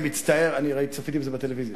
אני מצטער, אני צפיתי בזה בטלוויזיה.